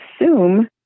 assume